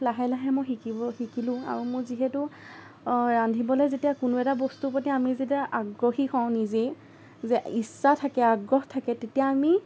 লাহে লাহে মই শিকিব শিকিলোঁ আৰু মোৰ যিহেতু ৰান্ধিবলৈ যেতিয়া কোনো এটা বস্তুৰ প্ৰতি আমি যেতিয়া আগ্ৰহী হওঁ নিজেই যে ইচ্ছা থাকে আগ্ৰহ থাকে তেতিয়া আমি